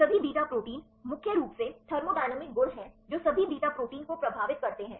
सभी beta protein मुख्य रूप से थर्मोडायनामिक गुण हैं जो सभी बीटा प्रोटीन को प्रभावित करते हैं